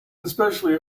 especially